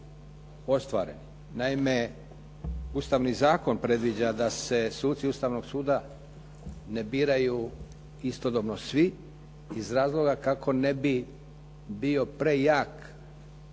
Naime, Ustavni zakon predviđa da se suci Ustavnog suda ne biraju istodobno svi iz razloga kako ne bi bio prejak